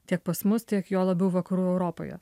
tiek pas mus tiek juo labiau vakarų europoje